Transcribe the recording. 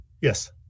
Yes